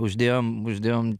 uždėjom uždėjom